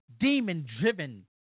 Demon-driven